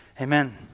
Amen